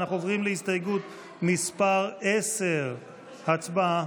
אנחנו עוברים להסתייגות מס' 10. הצבעה.